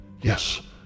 Yes